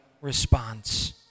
response